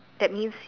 that means